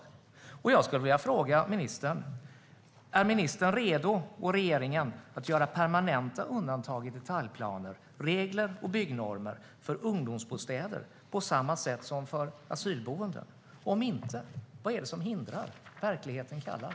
Jag skulle vilja ställa följande fråga till ministern: Är ministern och regeringen redo att göra permanenta undantag i detaljplaner, regler och byggnormer för ungdomsbostäder på samma sätt som för asylboenden? Om han inte är det, vad är det som hindrar? Verkligheten kallar.